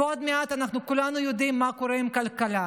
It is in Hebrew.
ועוד מעט, אנחנו כולנו יודעים מה קורה עם הכלכלה.